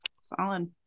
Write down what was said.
Solid